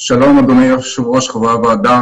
הפרטיות שלהם.